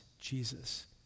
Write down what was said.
Jesus